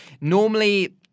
Normally